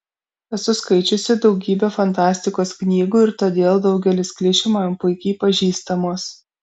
esu skaičiusi daugybę fantastikos knygų ir todėl daugelis klišių man puikiai pažįstamos